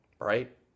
right